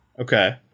Okay